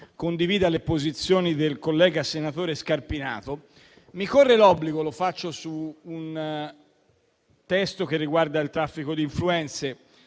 condivida le posizioni del collega, senatore Scarpinato, mi corre l'obbligo di intervenire su un testo che riguarda il traffico di influenze.